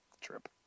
trip